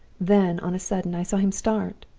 then, on a sudden, i saw him start.